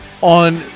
on